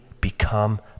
become